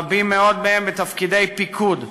רבים מאוד מהם בתפקידי פיקוד,